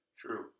True